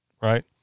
right